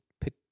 pick